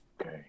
Okay